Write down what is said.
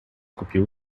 купил